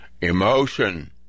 emotion